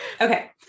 Okay